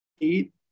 eight